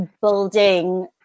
building